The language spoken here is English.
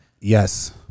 yes